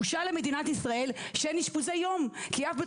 בושה למדינת ישראל שאין אשפוזי יום כי אף בית